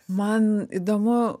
man įdomu